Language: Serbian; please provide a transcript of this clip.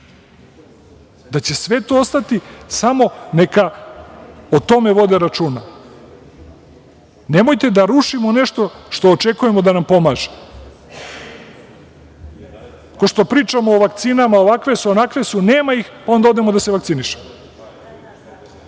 da će sve to ostati, samo neka o tome vode računa. Nemojte da rušimo nešto što očekujemo da nam pomaže. Kao što pričamo o vakcinama, ovakve su, onakve su, nema ih, pa onda odemo da se vakcinišemo.